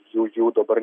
jų jų dabar